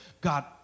God